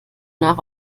nach